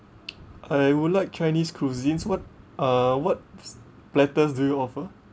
I would like chinese cuisines what uh what pl~ platters do you offer